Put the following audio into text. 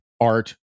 art